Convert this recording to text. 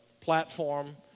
platform